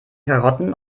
karotten